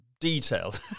detailed